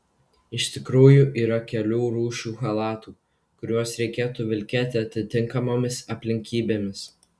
iš tikrųjų yra kelių rūšių chalatų kuriuos reikėtų vilkėti atitinkamomis aplinkybėmis